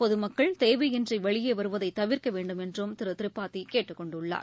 பொதுமக்கள்தேவையின்றிவெளியேவருவதைதவிர்க்கவேண்டும்என்றும் திருதிரிபாதிகேட்டுக்கொண்டுள்ளார்